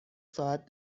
ساعت